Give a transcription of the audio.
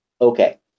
Okay